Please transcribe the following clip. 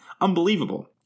unbelievable